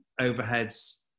overheads